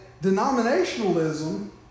denominationalism